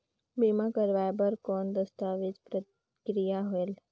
बीमा करवाय बार कौन दस्तावेज प्रक्रिया होएल?